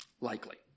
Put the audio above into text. Likely